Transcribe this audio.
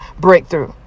breakthrough